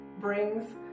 brings